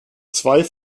zwei